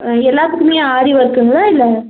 ஆ எல்லாத்துக்குமே ஆரி ஓர்க்குங்களா இல்லை